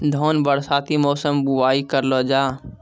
धान बरसाती मौसम बुवाई करलो जा?